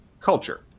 culture